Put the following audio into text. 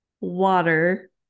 water